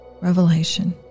Revelation